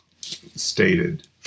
stated